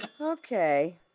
Okay